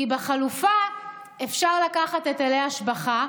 כי בחלופה אפשר לקחת היטלי השבחה,